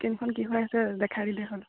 স্কীণখন কি হৈ আছে দেখাই দিলে হ'ল